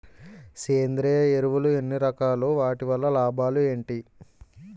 సేంద్రీయ ఎరువులు ఎన్ని రకాలు? వాటి వల్ల లాభాలు ఏంటి?